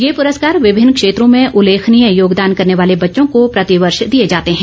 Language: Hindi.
ये पुरस्कार विभिन्न क्षेत्रों में उल्लेखनीय योगदान करने वाले बच्चों को प्रतिवर्ष दिये जाते हैं